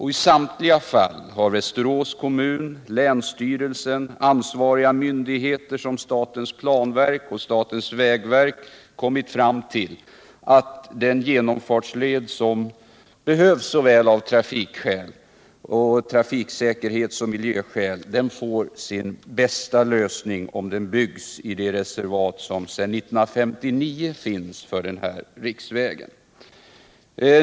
I samtliga fall har Västerås kommun, länsstyrelsen och ansvariga myndigheter som statens planverk och statens vägverk kommit fram till att den genomfartsled som av trafiksäkerhetsoch miljöskäl så väl behövs får sin bästa lösning, om den byggs i det reservat som sedan 1959 finns för den här riksvägen.